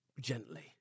gently